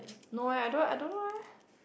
no leh I don't I don't know leh